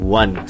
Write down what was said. one